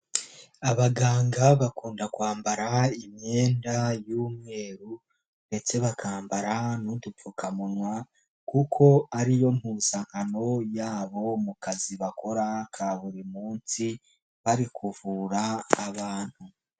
Abaganga bakunda kwambara imyenda y'umweru ndetse bakambara n'udupfukamunwa kuko ari yo mpuzankano yabo mu kazi bakora ka buri munsi, bari kuvura abantu.